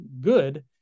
good